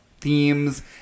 Themes